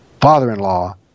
father-in-law